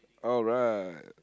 alright